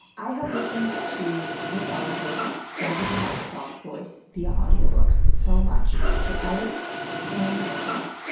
i have listened to this ologist's velvety soft voice via audiobooks so much that i was so nervous.